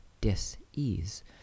dis-ease